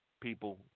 people